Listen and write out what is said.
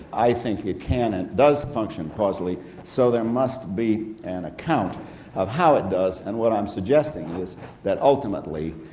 i think you can, and it does function causally so there must be an account of how it does, and what i'm suggesting is that ultimately,